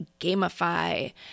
gamify